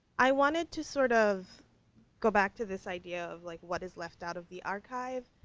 i wanted to sort of go back to this idea of like what is left out of the archive,